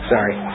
Sorry